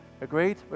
Agreed